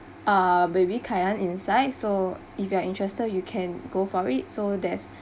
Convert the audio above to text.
uh baby kailan inside so if you are interested you can go for it so there's